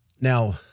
now